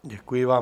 Děkuji vám.